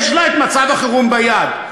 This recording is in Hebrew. יש לה מצב חירום ביד.